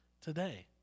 today